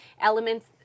elements